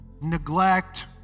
neglect